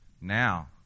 Now